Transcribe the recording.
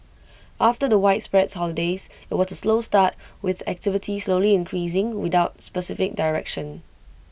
after the widespread holidays IT was A slow start with activity slowly increasing without specific direction